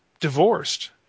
divorced